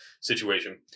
situation